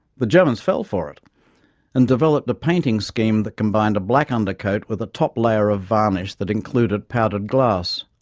the germans fell for it and developed a painting scheme that combined a black undercoat with a top layer of varnish that included powdered glass.